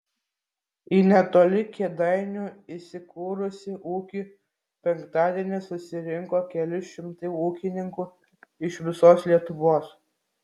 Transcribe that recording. į netoli kėdainių įsikūrusį ūkį penktadienį susirinko keli šimtai ūkininkų iš visos lietuvos